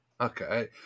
Okay